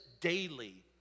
daily